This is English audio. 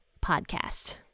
podcast